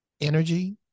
energy